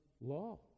law